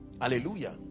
hallelujah